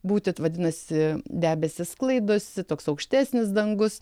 būti vadinasi debesys sklaidosi toks aukštesnis dangus